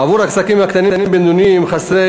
עבור העסקים הקטנים והבינוניים חסרי